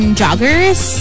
joggers